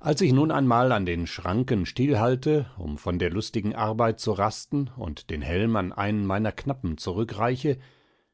als ich nun einmal an den schranken still halte um von der lustigen arbeit zu rasten und den helm an einen meiner knappen zurückreiche